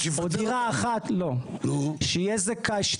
שיהיה זכאי,